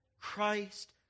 Christ